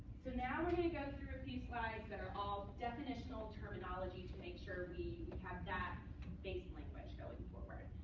so now, we're going to go through a few slides that are all definitional terminology to make sure we have that basic language going forward.